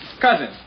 Cousin